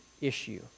issue